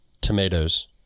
tomatoes